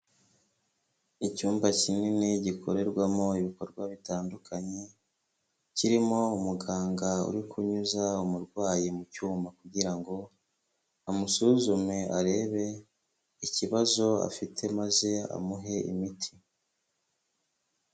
Icyumba kinini gikorerwamo ibikorwa bitandukanye kirimo umuganga uri kunyuza umurwayi mu cyuma kugira ngo amusuzume arebe ikibazo afite maze amuhe imiti.